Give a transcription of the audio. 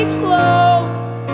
close